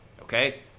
okay